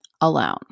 alone